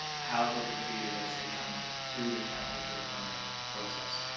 how they'll be treated as they come through the town with their permit process.